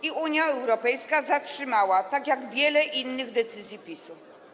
I Unia Europejska to zatrzymała, tak jak wiele innych decyzji PiS-u.